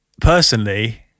personally